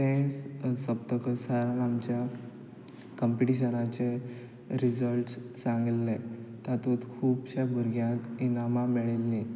तें सोंपतकच सरान आमच्या कंपिटिशनाचे रिझल्ट्स सांगिल्ले तातूंत खुबशे भुरग्यांक इनामां मेळिल्लीं